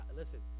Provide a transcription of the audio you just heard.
listen